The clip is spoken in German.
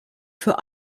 für